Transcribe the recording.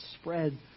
spread